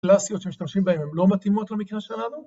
קלאסיות שמשתמשים בהם הם לא מתאימות למקרה שלנו.